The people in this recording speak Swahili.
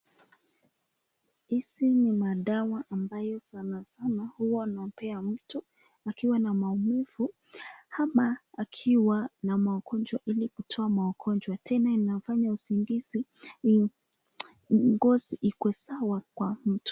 Hizi ni madawa ambayo sanasana huwa unapewa mtu akiwa na maumifu ama kuwa na magonjwa hili yatie magonjwa hili usingisi ngozi ikuee sawa Kwa mtu.